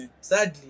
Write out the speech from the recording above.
Sadly